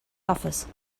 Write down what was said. office